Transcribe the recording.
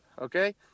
Okay